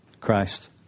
Christ